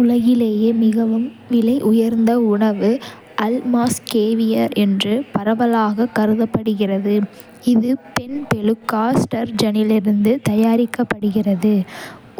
உலகிலேயே மிகவும் விலையுயர்ந்த உணவு அல்மாஸ் கேவியர் என்று பரவலாகக் கருதப்படுகிறது, இது பெண் பெலுகா ஸ்டர்ஜனிலிருந்து தயாரிக்கப்படுகிறது.